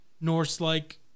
Norse-like